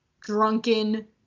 drunken